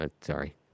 Sorry